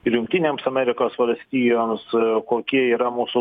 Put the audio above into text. ir jungtinėms amerikos valstijoms kokie yra mūsų